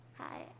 Hi